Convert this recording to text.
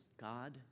God